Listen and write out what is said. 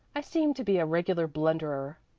i seem to be a regular blunderer.